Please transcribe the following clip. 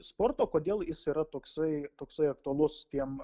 sporto kodėl jis yra toksai toksai aktualus tiem